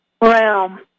realm